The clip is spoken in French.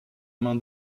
main